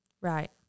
Right